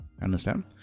Understand